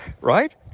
right